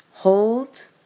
Hold